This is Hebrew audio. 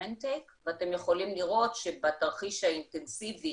ה-government take ואת יכולים לראות שבתרחיש האינטנסיבי